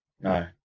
No